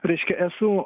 reiškia eso